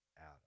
out